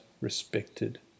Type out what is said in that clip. respected